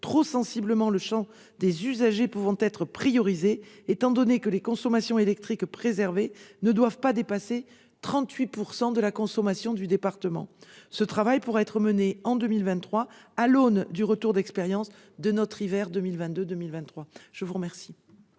trop sensiblement le champ des usagers pouvant être priorisés, car les consommations électriques préservées ne doivent pas dépasser 38 % de la consommation du département. Ce travail pourra être mené en 2023, à l'aune du retour d'expérience de l'hiver 2022-2023. La parole